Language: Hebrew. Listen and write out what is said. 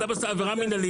עבר עבירה מינהלית,